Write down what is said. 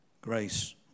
grace